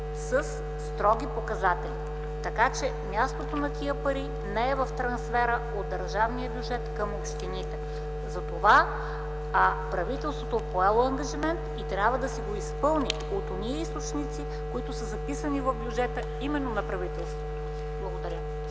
със строги показатели. Така че мястото на тези пари не е в трансфера от държавния бюджет към общините. Затова правителството е поело ангажимент и трябва да си го изпълни от онези източници, които са записани в бюджета – именно на правителството. Благодаря.